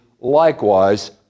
likewise